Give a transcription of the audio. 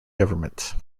government